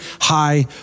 high